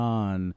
on